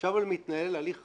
עכשיו מתנהל הליך רגיל.